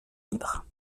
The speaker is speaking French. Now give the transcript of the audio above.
libre